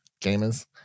gamers